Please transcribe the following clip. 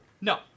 No